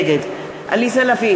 נגד עליזה לביא,